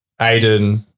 Aiden